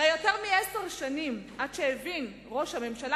הרי יותר מעשר שנים עד שהבין ראש הממשלה